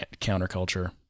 counterculture